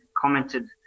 commented